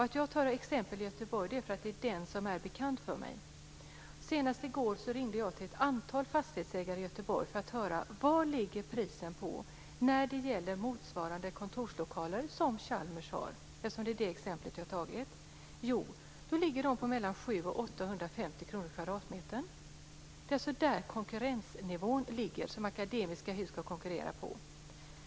Att jag tar exempel från Göteborg beror på att det är det som är bekant för mig. Senast i går ringde jag till ett antal fastighetsägare i Göteborg för att höra vad priset ligger på när det gäller motsvarande kontorslokaler som Chalmers har. Det är ju det exemplet jag har tagit. Jo, det ligger på mellan 750 och 850 kr per kvadratmeter. Det är alltså där den konkurrensnivå ligger som Akademiska Hus ska konkurrera på.